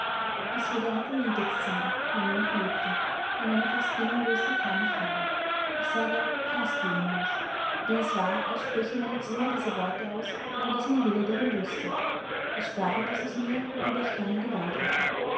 was würde onkel reed jetzt sagen wenn er noch lebte war meine fast willenlos gethane frage ich sage fast willenlos denn es war als spräche meine zunge diese worte aus ohne daß mein wille darum wußte es sprach etwas aus mir worüber ich keine gewalt hatte